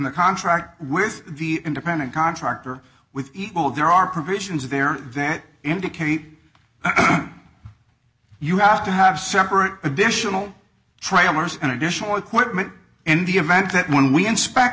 the contract with the independent contractor with equal there are provisions there that indicate you have to have separate additional trailers and additional equipment in the event that when we inspect